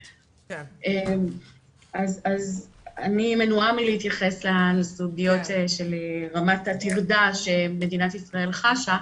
אני מנועה להתייחס לסוגיות של רמת הטרדה שמדינת ישראל חשה,